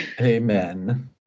Amen